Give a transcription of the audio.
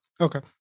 Okay